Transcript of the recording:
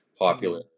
popular